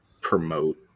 promote